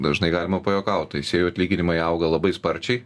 dažnai galima pajuokaut teisėjų atlyginimai auga labai sparčiai